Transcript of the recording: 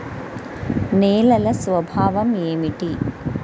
నేలల స్వభావం ఏమిటీ?